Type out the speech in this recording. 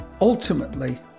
ultimately